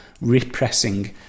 repressing